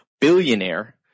billionaire